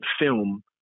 film